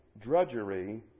drudgery